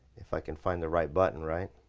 if i can find the right button, right?